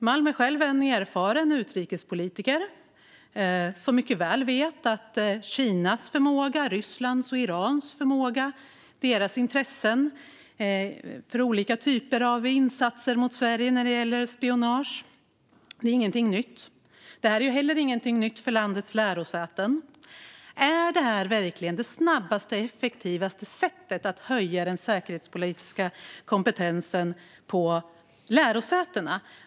Malm är själv en erfaren utrikespolitiker, som mycket väl vet att Kinas, Rysslands och Irans förmåga och deras intresse för olika typer av insatser mot Sverige när det gäller spionage inte är något nytt. Det är inte heller nytt för landets lärosäten. Är detta verkligen det snabbaste och effektivaste sättet att höja den säkerhetspolitiska kompetensen på lärosätena?